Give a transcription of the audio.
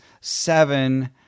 seven